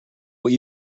what